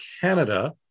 Canada